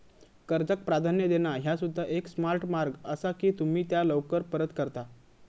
कर्जाक प्राधान्य देणा ह्या सुद्धा एक स्मार्ट मार्ग असा की तुम्ही त्या लवकर परत करता